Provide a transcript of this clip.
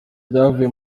byavuye